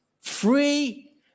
Free